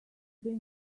they